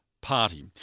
party